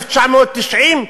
1990,